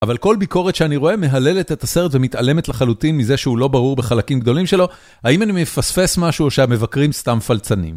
אבל כל ביקורת שאני רואה מהללת את הסרט ומתעלמת לחלוטין מזה שהוא לא ברור בחלקים גדולים שלו, האם אני מפספס משהו או שהמבקרים סתם פלצנים?